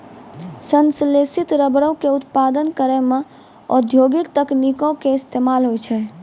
संश्लेषित रबरो के उत्पादन करै मे औद्योगिक तकनीको के इस्तेमाल होय छै